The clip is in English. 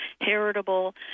heritable